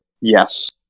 yes